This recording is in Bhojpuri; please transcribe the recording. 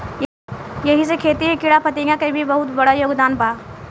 एही से खेती में कीड़ाफतिंगा के भी बहुत बड़ योगदान बा